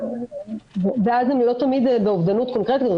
ואז הם לא תמיד באובדנות קונקרטית,